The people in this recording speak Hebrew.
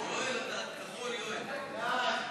ההצעה להעביר את הצעת חוק המועצה לענף הלול (תיקון,